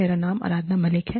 मेरा नाम आराधना मलिक है